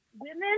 Women